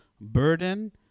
burden